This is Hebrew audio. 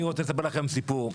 אני רוצה לספר לכם סיפור.